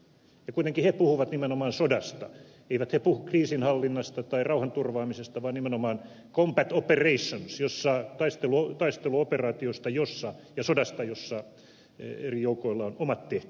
ja kuitenkin he puhuvat nimenomaan sodasta eivät he puhu kriisinhallinnasta tai rauhanturvaamisesta vaan nimenomaan combat operations taisteluoperaatiosta sodasta jossa eri joukoilla on omat tehtävänsä